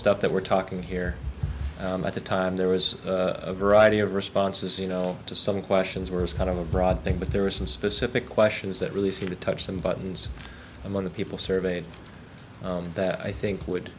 stuff that we're talking here at the time there was a variety of responses you know to some questions were is kind of a broad thing but there are some specific questions that really seem to touch some buttons among the people surveyed that i think would